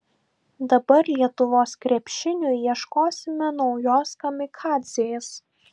dabar lietuvos krepšiniui ieškosime naujos kamikadzės